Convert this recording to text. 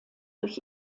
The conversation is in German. durch